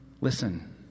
listen